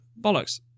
bollocks